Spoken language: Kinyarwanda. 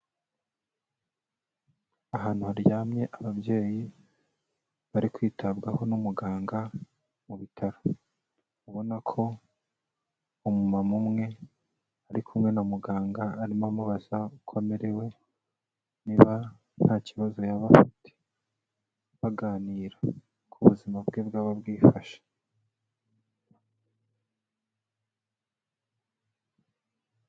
Ahantu haryamye ababyeyi bari kwitabwaho n'umuganga mu bitaro, ubona ko umumama umwe ari kumwe na muganga arimo amubaza uko amererewe niba nta kibazo yaba afite, baganira uko ubuzima bwe bwaba bwifashe.